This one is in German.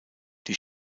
die